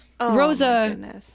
Rosa